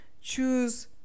choose